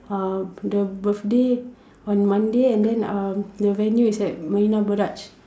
uh the birthday on Monday and then um the venue is at Marina-Barrage